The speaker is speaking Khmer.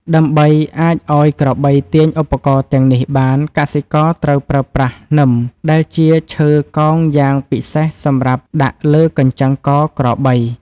ដើម្បីអាចឱ្យក្របីទាញឧបករណ៍ទាំងនេះបាន កសិករត្រូវប្រើប្រាស់ នឹម ដែលជាឈើកោងយ៉ាងពិសេសសម្រាប់ដាក់លើកញ្ចឹងកក្របី។